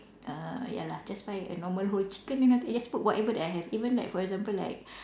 err ya lah just buy a normal whole chicken and then just put whatever that I have even like for example like